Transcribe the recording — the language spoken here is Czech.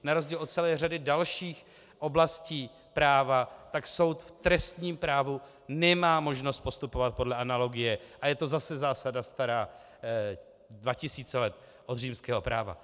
Na rozdíl od celé řady dalších oblastí práva, soud v trestním právu nemá možnost postupovat podle analogie, a je to zase zásada stará dva tisíce let, od římského práva.